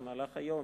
במהלך היום,